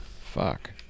fuck